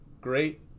great